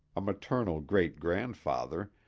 a maternal great-grandfather,